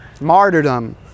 martyrdom